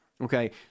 Okay